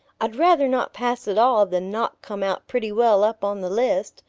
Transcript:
i'd rather not pass at all than not come out pretty well up on the list,